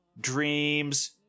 dreams